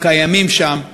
הקיימים שם,